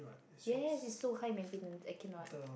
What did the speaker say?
ya yes it's so high maintenance I cannot